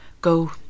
Go